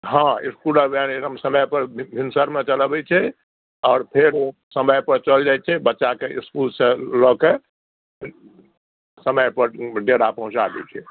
हऽ इसकुलक वैन एकदम समय पर भिनसर मे चल अबै छै आओर फेर ओ समय पर चल जाइ छै बच्चा के इसकुलसॅं लऽ कऽ समय पर डेरा पहुंचाय दै छै